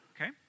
Okay